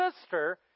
sister